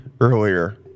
earlier